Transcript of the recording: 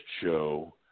show